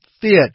fit